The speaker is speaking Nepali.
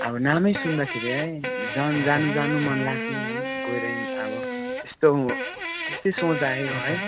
अब नामै सुन्दाखेरि है झन् जानु जानु मन लाग्ने है गएर अब त्यस्तो त्यस्तै सोच आयो है